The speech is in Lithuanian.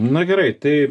na gerai tai